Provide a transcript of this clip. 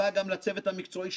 ד"ר עידית חנוכה,